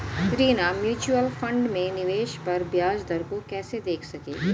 Reena mutual fund में निवेश पर ब्याज दर को कैसे देख सकेगी?